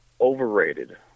overrated